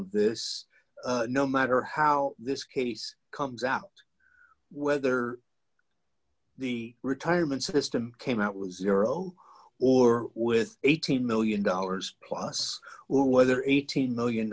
this no matter how this case comes out whether the retirement system came out with zero who or with eighteen million dollars plus who whether eighteen million